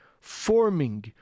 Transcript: forming